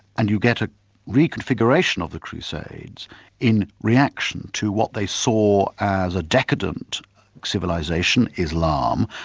and you get a reconfiguration of the crusades in reaction to what they saw as a decadent civilisation, islam,